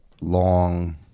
long